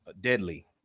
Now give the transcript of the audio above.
deadly